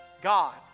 God